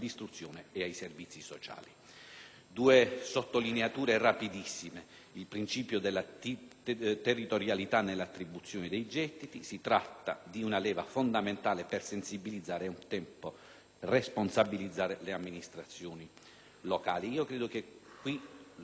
per quanto riguarda il principio della territorialità nell'attribuzione dei gettiti, si tratta di una leva fondamentale per sensibilizzare e al contempo responsabilizzare le amministrazioni locali. In proposito - e lo dico da parlamentare del Sud